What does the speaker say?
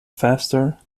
faster